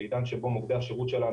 בעידן שבו מוקדי השירות שלנו,